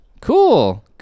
Cool